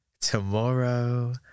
Tomorrow